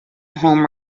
home